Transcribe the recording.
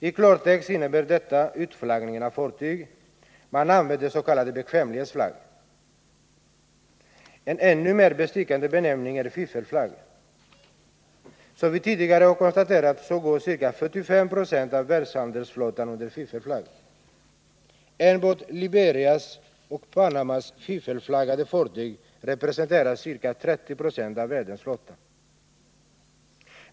I klartext innebär detta utflaggning av fartyg; man använder s.k. bekvämlighetsflagg. En ännu mer bestickande benämning är fiffelflagg. Som vi tidigare har konstaterat går ca 45 96 av världshandelsflottan under fiffelflagg. Enbart Liberias och Panamas fiffelflaggade fartyg representerar ca 30 96 av världens flotta.